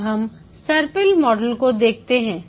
अब हम सर्पिल मॉडल को देखते हैं